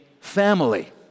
family